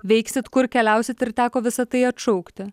veiksit kur keliausit ir teko visa tai atšaukti